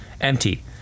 empty